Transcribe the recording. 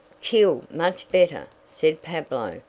kill much better, said pablo.